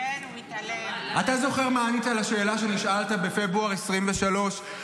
אתה זוכר מה ענית לשאלה שנשאלת בפברואר 2023,